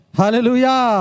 Hallelujah